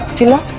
to me.